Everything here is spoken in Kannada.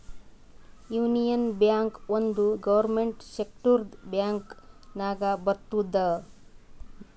ಯೂನಿಯನ್ ಬ್ಯಾಂಕ್ ಒಂದ್ ಗೌರ್ಮೆಂಟ್ ಸೆಕ್ಟರ್ದು ಬ್ಯಾಂಕ್ ನಾಗ್ ಬರ್ತುದ್